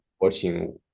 watching